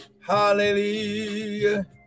hallelujah